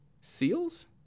Seals